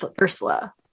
Ursula